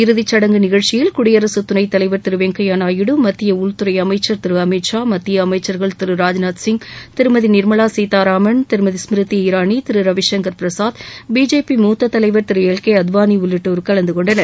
இறுதிச் சடங்கு நிகழ்ச்சியில் குடியரசுத் துணைத் தலைவர் திரு வெங்கையா நாயுடு மத்திய உள்துறை அமைச்சர் திரு அமித்ஷா மத்திய அமைச்சர்கள் திரு ராஜ்நாத் சிங் திருமதி நிர்மலா சீத்தாராமன் திருமதி ஸ்மிருதி இரானி திரு ரவிசங்கர் பிரசாத் பிஜேபி மூத்த தலைவர் திரு எல் கே அத்வானி உள்ளிட்டோர் கலந்துகொண்டனர்